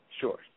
Sure